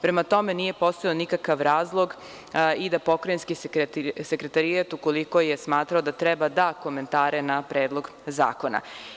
Prema tome, nije postojao nikakav zakon i da Pokrajinski sekretarijat ukoliko je smatrao da treba da da komentare na predlog zakona.